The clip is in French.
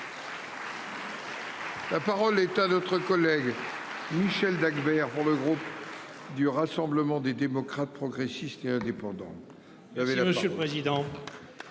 La parole est à notre collègue. Michel Dagbert pour le groupe. Du Rassemblement des démocrates, progressistes et indépendants. Il y avait là, monsieur le président.